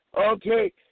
Okay